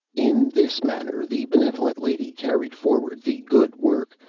in this manner the benevolent lady carried forward the good work,